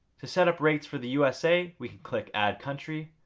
to set up rates for the usa we can click add country,